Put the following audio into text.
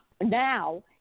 now